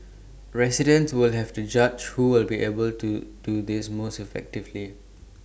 residents will have to judge who will be able to do this most effectively